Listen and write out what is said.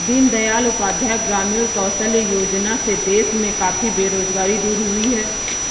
दीन दयाल उपाध्याय ग्रामीण कौशल्य योजना से देश में काफी बेरोजगारी दूर हुई है